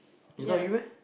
is not you meh